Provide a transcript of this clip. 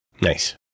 Nice